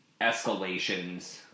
escalations